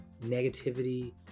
negativity